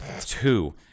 Two